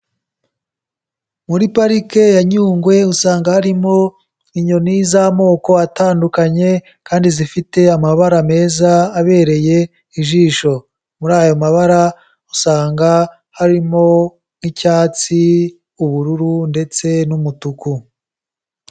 Muri parike ya Nyungwe, usanga harimo inyoni z'amoko atandukanye, kandi zifite amabara meza, abereye ijisho. Muri ayo mabara, usanga harimo nk'icyatsi, ubururu, ndetse n'umutuku.